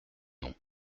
nom